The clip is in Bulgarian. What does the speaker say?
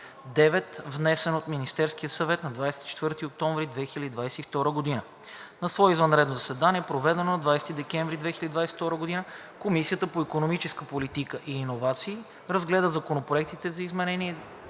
внесен от Министерския съвет на 24 октомври 2022 г. На свое извънредно заседание, проведено на 20 декември 2022 г., Комисията по икономическа политика и иновации разгледа законопроектите за изменение